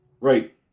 Right